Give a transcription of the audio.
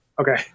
okay